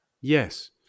Yes